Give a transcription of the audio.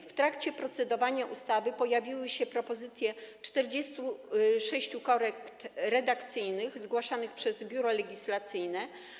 W trakcie procedowania ustawy pojawiły się propozycje 46 korekt redakcyjnych zgłaszane przez Biuro Legislacyjne.